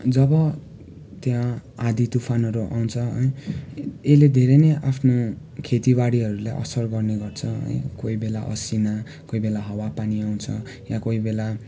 जब त्यहाँ आँधी तुफानहरू आउँछ है यसले धेरै नै आफ्नो खेतीबारीहरूलाई असर गर्ने गर्छ है कोही बेला असिना कोही बेला हावापानी आउँछ यहाँ कोही बेला